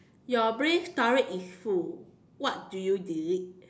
your brain storage is full what do you delete